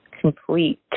complete